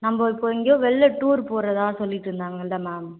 நம்ம இப்போது எங்கேயோ வெளில டூர் போகிறதா சொல்லிக்கிட்டு இருந்தாங்கள்ல மேம்